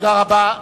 תודה רבה.